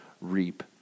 reap